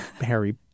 Harry